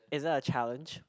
is that a challenge